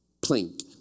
plink